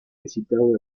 visitado